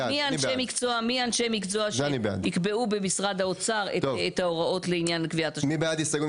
מי אנשי המקצוע שיקבעו במשרד האוצר את ההוראות לעניין קביעת השטחים.